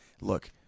Look